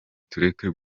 tureke